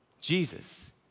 Jesus